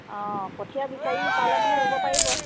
অঁ কঠীয়া বিচাৰি পালে মানে ৰুব পাৰিব